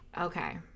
Okay